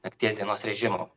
nakties dienos režimo